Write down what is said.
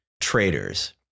traders